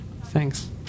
thanks